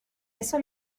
eso